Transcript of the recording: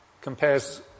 compares